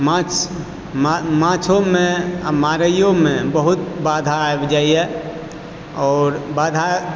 माछ माछोमे आओर मारयौमे बहुत बाधा आबि जाइ यऽ आओर बाधा